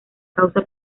causa